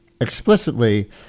explicitly